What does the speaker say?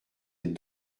êtes